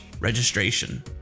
registration